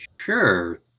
sure